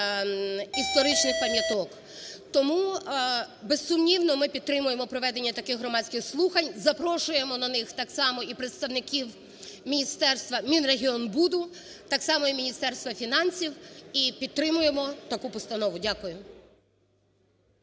історичних пам'яток. Тому, безсумнівно, ми підтримуємо проведення таких громадських слухань, запрошуємо на них так само і представників Мінрегіонбуду, так само і Міністерства фінансів, і підтримуємо таку постанову. Дякую.